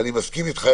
ואני מסכים איתך,